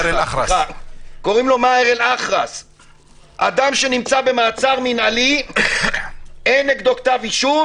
אדם שנמצא במעצר מינהלי, אין נגדו כתב אישום